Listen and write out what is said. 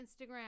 instagram